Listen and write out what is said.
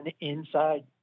inside